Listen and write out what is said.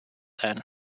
then